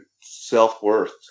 self-worth